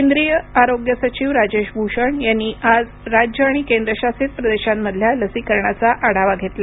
केंद्रीय आरोग्य सचिव राजेश भूषण यांनी आज राज्य आणि केंद्रशासित प्रदेशांमधल्या लसीकरणाचा आढावा घेतला